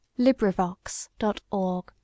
LibriVox.org